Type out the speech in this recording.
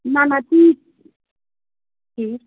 نہ نہ تی ٹھیٖک